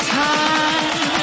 time